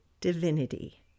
divinity